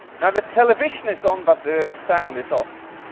now, the television is on, but the sound is off.